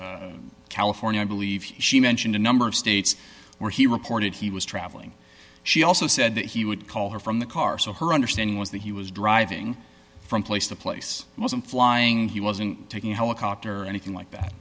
california i believe she mentioned a number of states where he reported he was traveling she also said that he would call her from the car so her understanding was that he was driving from place to place he wasn't flying he wasn't taking a helicopter or anything like that